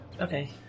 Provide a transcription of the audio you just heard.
Okay